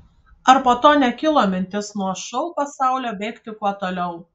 ar po to nekilo mintis nuo šou pasaulio bėgti kuo toliau